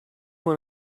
want